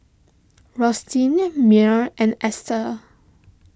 Rustin Mearl and Esta